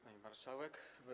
Pani Marszałek!